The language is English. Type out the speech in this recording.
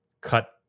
cut